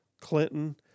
Clinton